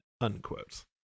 Unquote